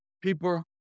people